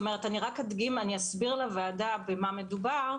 אסביר לוועדה במה מדובר.